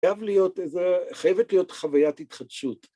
חייב להיות איזה... חייבת להיות חוויית התחדשות.